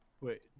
Wait